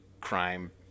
crime